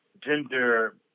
gender